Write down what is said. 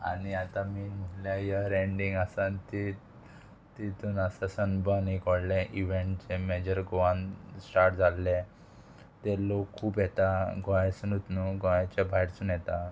आनी आतां मेन म्हटल्यार इयर एंडींग आसा ती तितून आसता सनबर्न एक व्हडलें इवेंट जे मेजर गोवान स्टार्ट जाल्ले ते लोक खूब येता गोंयासुनूत न्हू गोंयाच्या भायरसून येता